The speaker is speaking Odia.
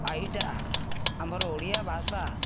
ଆର୍ ଇଟା ଆମର୍ ଓଡ଼ିଆ ଭାଷା